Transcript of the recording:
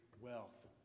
wealth